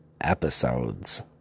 episodes